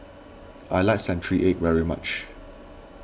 I like Century Egg very much